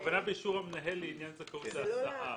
הכוונה "באישור המנהל לעניין זכאות להסעה".